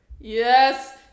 Yes